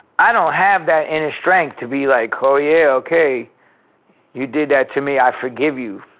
i don't have that inner strength to be like oh yeah okay you did that to me i forgive you,